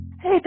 Hey